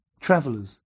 travelers